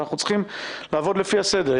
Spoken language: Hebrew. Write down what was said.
אבל אנחנו צריכים לעבוד לפי הסדר.